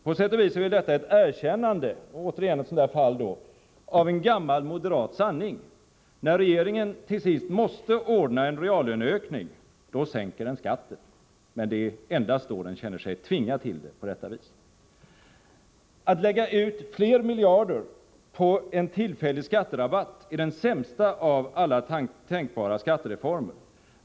På sätt och vis är detta ett erkännande av en gammal moderat sanning. Här har vi alltså återigen ett sådant fall som jag tidigare talade om. När regeringen till sist måste ordna en reallöneökning sänker den skatten. Men det gör den endast då den känner sig tvingad till det. Att lägga ut flera miljarder på en tillfällig skatterabatt är dock den sämsta av alla tänkbara skattereformer.